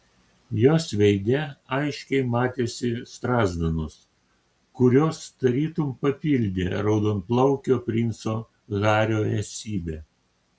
jos veide aiškiai matėsi strazdanos kurios tarytum papildė raudonplaukio princo hario esybę